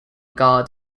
guard